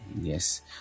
Yes